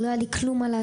לא היה לי מה לעשות,